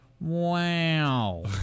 Wow